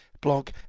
blog